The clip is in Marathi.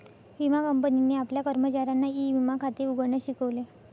विमा कंपनीने आपल्या कर्मचाऱ्यांना ई विमा खाते उघडण्यास शिकवले